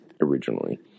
originally